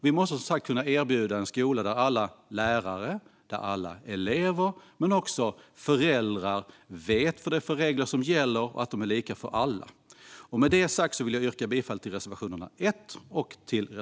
Vi måste kunna erbjuda en skola där alla lärare och elever men också föräldrar vet vilka regler som gäller och att de är lika för alla. Med detta sagt vill jag yrka bifall till reservationerna 1 och 3.